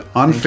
on